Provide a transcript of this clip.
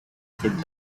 could